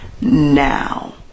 now